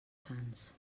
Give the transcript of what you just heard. sants